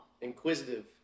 inquisitive